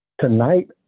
Tonight